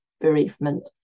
bereavement